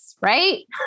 right